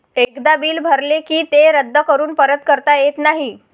एकदा बिल भरले की ते रद्द करून परत करता येत नाही